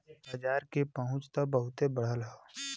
बाजार के पहुंच त बहुते बढ़ल हौ